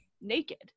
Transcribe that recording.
naked